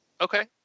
Okay